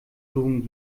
blumen